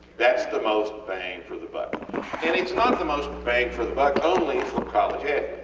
thats the most bang for the buck and its not the most bang for the buck only for college and